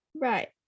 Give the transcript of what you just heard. Right